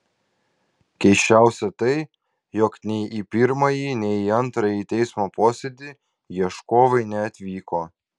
keisčiausia tai jog nei į pirmąjį nei į antrąjį teismo posėdį ieškovai neatvyko